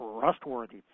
trustworthy